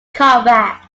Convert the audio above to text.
combat